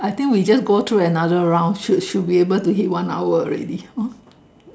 I think we just go through another round should should be able to hit one hour already hor